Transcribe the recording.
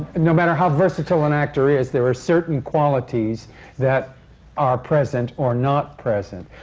no matter how versatile an actor is, there are certain qualities that are present or not present.